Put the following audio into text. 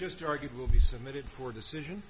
just argued will be submitted for decision